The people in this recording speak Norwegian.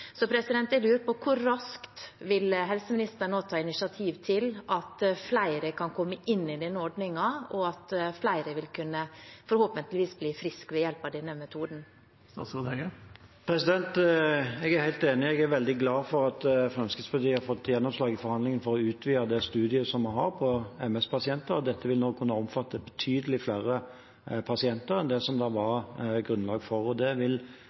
jeg lurer på: Hvor raskt vil helseministeren ta initiativ til at flere kan komme inn i denne ordningen, og at flere forhåpentligvis vil kunne bli friske ved hjelp av denne metoden? Jeg er helt enig, og jeg er veldig glad for at Fremskrittspartiet har fått gjennomslag i forhandlingene for å utvide studien vi har på MS-pasienter. Dette vil nå kunne omfatte betydelig flere pasienter enn det det var grunnlag for.